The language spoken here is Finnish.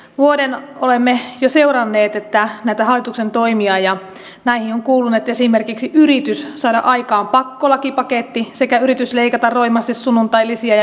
vuoden olemme jo seuranneet hallituksen toimia ja näihin ovat kuuluneet esimerkiksi yritys saada aikaan pakkolakipaketti sekä yritys leikata roimasti sunnuntailisiä ja ylityökorvauksia